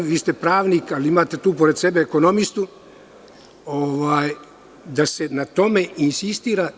Vi ste pravnik, ali imate pored sebe ekonomistu, da se na tome insistira.